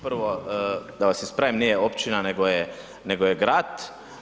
Prvo da vas ispravim nije općina nego je grad.